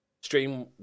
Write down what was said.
stream